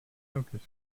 focus